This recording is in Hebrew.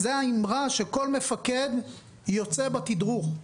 זאת האמרה שכל מפקד יוצא איתה בתדרוך,